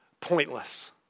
pointless